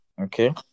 Okay